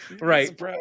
Right